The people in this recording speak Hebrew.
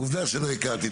עובדה שלא הכרתי.